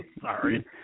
Sorry